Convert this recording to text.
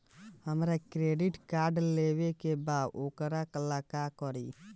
हमरा credit card लेवे के बा वोकरा ला का करी?